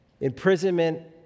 imprisonment